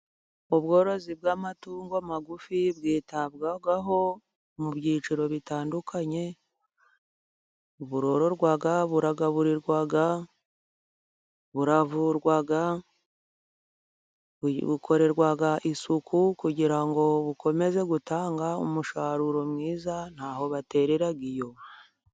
Ubworozi bw'amatungo magufi bwitabwaho mu byiciro bitandukanye:burororwa ,buragaburirwa, buravurwa, bukorerwa isuku, kugira ngo bukomeze gutanga umusaruro mwiza ntabwo baterera iyo.